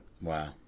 Wow